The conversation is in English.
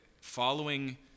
following